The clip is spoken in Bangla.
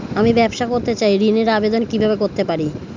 আমি ব্যবসা করতে চাই ঋণের আবেদন কিভাবে করতে পারি?